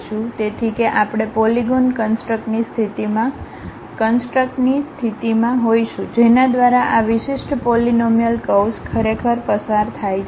તેથી કે આપણે પોલીગોન કન્સટ્રક્ની સ્થિતિમાં હોઈશું જેના દ્વારા આ વિશિષ્ટ પોલીનોમીઅલ કર્વ્સ ખરેખર પસાર થાય છે